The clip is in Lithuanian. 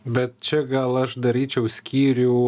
bet čia gal aš daryčiau skyrių